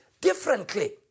differently